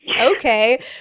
okay